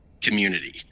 community